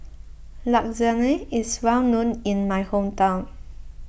Lasagne is well known in my hometown